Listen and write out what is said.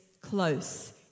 close